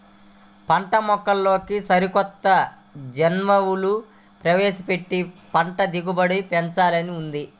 పంటమొక్కల్లోకి సరికొత్త జన్యువులు ప్రవేశపెట్టి పంట దిగుబడులను పెంచాల్సి ఉంది